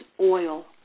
oil